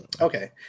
Okay